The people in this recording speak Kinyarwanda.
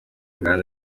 uganda